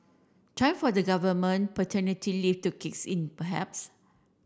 time for the government paternity leave to kick in perhaps